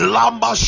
Lamba